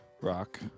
rock